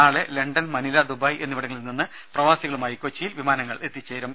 നാളെ London Manila Dubai എന്നിവിടങ്ങളിൽ നിന്ന് പ്രവാസികളുമായി കൊച്ചിയിൽ വിമാനങ്ങൾ എത്തിച്ചേരും